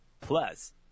Plus